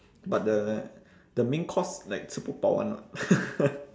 but the the main course like 吃不饱 [one] [what]